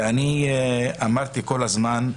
ואני אמרתי כל הזמן,